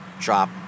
drop